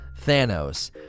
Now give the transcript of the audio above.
Thanos